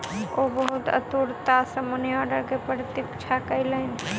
ओ बहुत आतुरता सॅ मनी आर्डर के प्रतीक्षा कयलैन